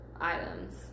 items